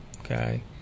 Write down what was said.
Okay